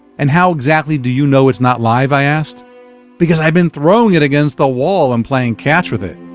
and how exactly do you know it's not live? i asked because i've been throwing it against the wall and playing catch with it.